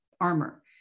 armor